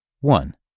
One